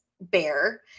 bear